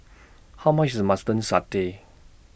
How much IS Satay